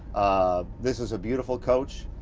ah this is a beautiful coach.